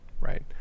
right